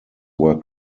were